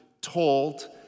told